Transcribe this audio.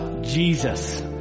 Jesus